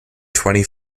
twenty